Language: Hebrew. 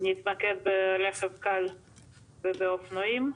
נתמקד ברכב קל שזה אופנועים.